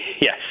Yes